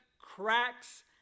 cracks